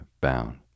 bound